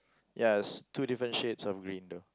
ya it's two different shades of green though